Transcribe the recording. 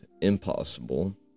impossible